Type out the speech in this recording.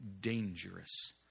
dangerous